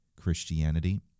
Christianity